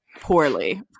poorly